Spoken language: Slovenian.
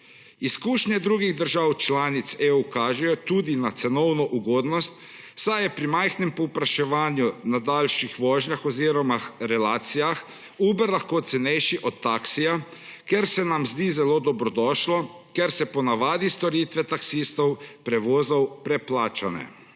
Izkušnje drugih držav članic EU kažejo tudi na cenovno ugodnost, saj je pri majhnem povpraševanju na daljših vožnjah oziroma relacija Uber lahko cenejši od taksija, kar se nam zdi zelo dobrodošlo, ker so ponavadi storitve taksistov prevozov preplačane.